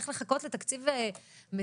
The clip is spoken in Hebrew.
איך לחכות לתקציב מדינה.